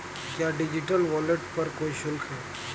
क्या digital wallet पर कोई शुल्क है?